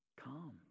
Come